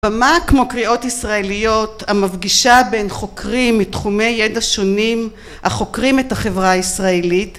במה כמו קריאות ישראליות המפגישה בין חוקרים מתחומי ידע שונים החוקרים את החברה הישראלית